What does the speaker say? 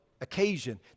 occasion